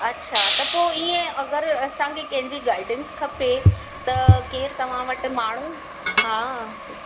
अच्छा त पोइ ईअं अगरि असांखे कंहिंजी गाईडंस खपे त केरु तव्हां वटि माण्हू हा